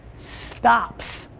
stops.